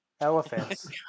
elephants